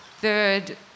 third